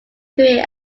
career